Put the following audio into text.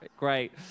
Great